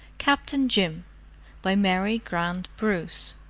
captain jim by mary grant bruce